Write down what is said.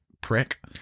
prick